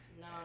No